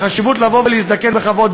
החשיבות של להזדקן בכבוד,